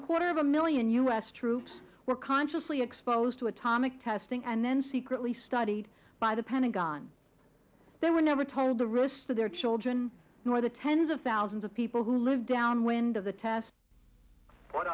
quarter of a million u s troops were consciously exposed to atomic testing and then secretly studied by the pentagon they were never told the risk to their children nor the tens of thousands of people who live downwind of the test